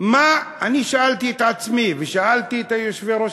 אני שאלתי את עצמי ושאלתי את יושבי-ראש